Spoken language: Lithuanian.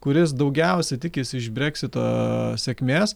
kuris daugiausiai tikisi iš breksito sėkmės